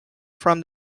from